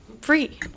Free